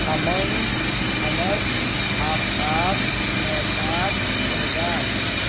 امن انس آفتاب نوشاد شہزاد